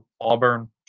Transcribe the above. Auburn